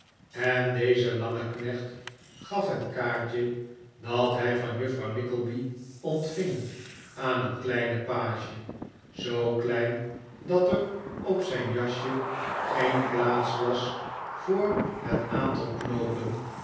en deze lange knecht gaf het kaartje dat hij van juffrouw nickleby ontving aan een kleinen page zoo klein dat er op zijn jasje geen plaats was voor het aantal knoopen